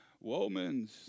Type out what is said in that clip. womans